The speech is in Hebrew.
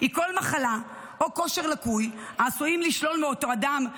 היא כל מחלה או כושר לקוי העשויים לשלול מאותו אדם,